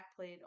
backplate